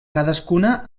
cadascuna